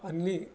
అన్ని